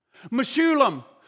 Meshulam